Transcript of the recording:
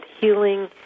healing